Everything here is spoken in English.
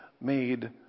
made